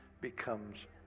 becomes